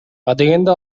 адегенде